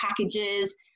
packages